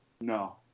No